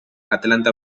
atlanta